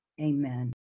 amen